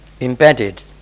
Embedded